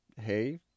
hey